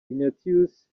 ignatius